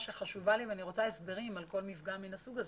שחשובה לי ואני רוצה הסברים על כל מפגע מן הסוג הזה.